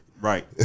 Right